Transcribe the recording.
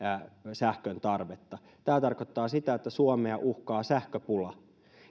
sähkön tarvetta tämä tarkoittaa sitä että suomea uhkaa sähköpula